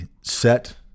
set